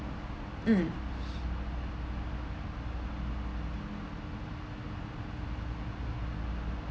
mm